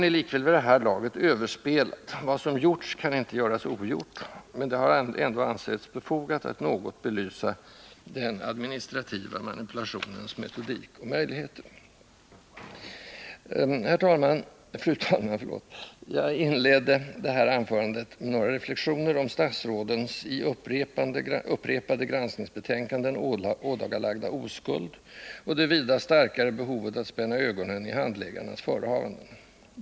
Saken är likväl vid det här laget överspelad: vad som gjorts kan knappast göras ogjort, men det har ändå ansetts befogat att något belysa den administrativa manipulationens metodik och möjligheter. Fru talman! Jag inledde detta anförande med att göra några reflexioner över statsrådens i upprepade granskningsbetänkanden ådagalagda oskuld och det vida starkare behovet av att spänna ögonen i handläggarnas förehavanden.